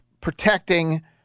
protecting